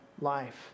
life